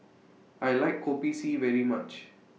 I like Kopi C very much